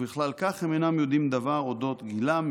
ובכלל כך הם אינם יודעים דבר אודות גילם,